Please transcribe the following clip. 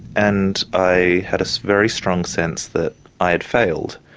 and i had a very strong sense that i had failed,